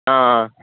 ஆஆ